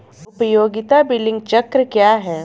उपयोगिता बिलिंग चक्र क्या है?